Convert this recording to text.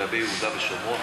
לגבי יהודה ושומרון,